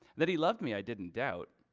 that he loved me i didn't doubt.